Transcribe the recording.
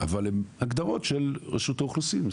אבל הן הגדרות של רשות האוכלוסין.